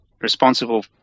responsible